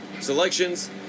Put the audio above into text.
selections